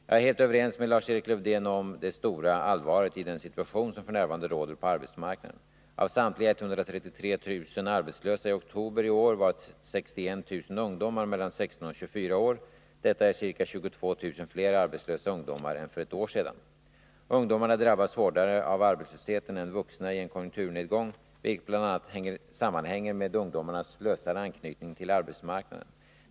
Jag är helt överens med Lars-Erik Lövdén om det stora allvaret i den situation som f. n. råder på arbetsmarknaden. Av samtliga 133 000 arbetslösa ioktober i år var 61 000 ungdomar mellan 16 och 24 år. Detta är ca 22 000 fler arbetslösa ungdomar än för ett år sedan. Ungdomarna drabbas hårdare av arbetslösheten än vuxna i en konjunkturnedgång, vilket bl.a. sammanhänger med ungdomarnas lösare anknytning till arbetsmarknaden.